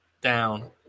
down